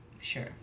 Sure